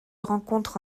rencontre